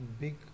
big